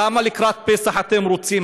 למה לקראת פסח אתם רוצים?